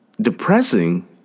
Depressing